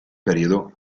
periodo